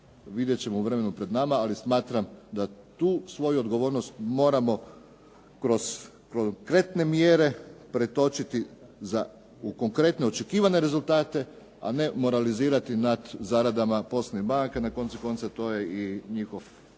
vidjet ćemo u vremenu pred nama. Ali smatram da tu svoju odgovornost moramo kroz konkretne mjere pretočiti u konkretne, očekivane rezultate, a ne moralizirati nad zaradama poslovnih banaka. Na koncu konca to je i njihov cilj,